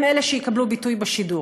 הם שיקבלו ביטוי בשידור.